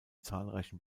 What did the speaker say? zahlreichen